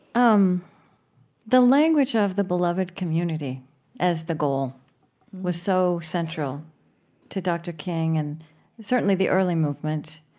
um the language of the beloved community as the goal was so central to dr. king and certainly the early movement.